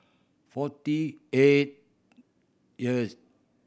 forty eight